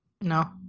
No